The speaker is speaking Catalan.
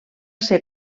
ser